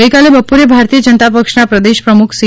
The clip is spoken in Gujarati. ગઇકાલે બપોરે ભારતીય જનતા પક્ષના પ્રદેશ પ્રમુખ સી